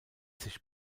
sich